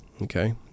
Okay